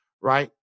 right